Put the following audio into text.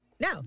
No